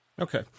Okay